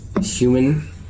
human